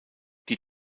die